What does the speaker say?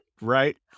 Right